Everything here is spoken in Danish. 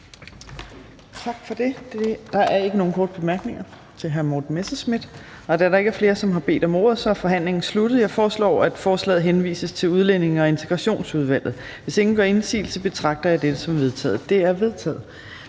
Tak for det. Der er ikke nogen korte bemærkninger til hr. Morten Messerschmidt. Da der ikke er flere, der har bedt om ordet, er forhandlingen sluttet. Jeg foreslår, at forslaget henvises til Udlændinge- og Integrationsudvalget. Hvis ingen gør indsigelse, betragter jeg det som vedtaget. Det er vedtaget.